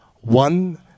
One